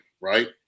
right